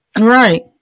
right